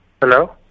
Hello